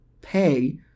pay